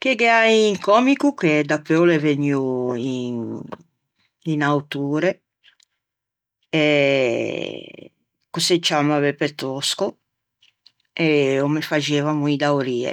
che gh'é un còmico che dapeu o l'é vegnuo un autore eh ch'o se ciamma Beppe Tosco e o me faxeiva moî da-o rie